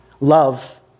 Love